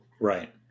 right